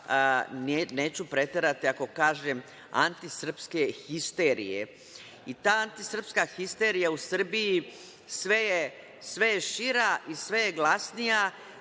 neću preterati ako kažem, antisrpske histerije. Ta antisrpska histerija u Srbiji sve je šira i sve je glasnija,